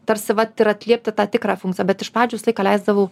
tarsi vat ir atliepti tą tikrą funkciją bet iš pradžių visą laiką leisdavau